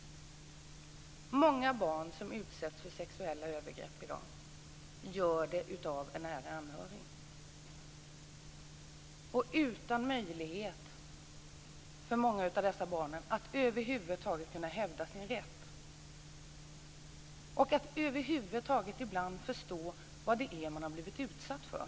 Många av de sexuella angrepp som barn i dag utsätts för görs av en nära anhörig. Men många av de här barnen saknar möjligheter att över huvud taget hävda sin rätt och även ibland att förstå vad det är som de har blivit utsatta för.